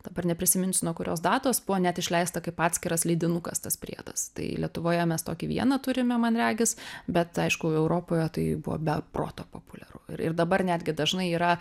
dabar neprisiminsiu nuo kurios datos buvo net išleista kaip atskiras leidinukas tas priedas tai lietuvoje mes tokį vieną turime man regis bet aišku europoje tai buvo be proto populiaru ir dabar netgi dažnai yra